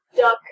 duck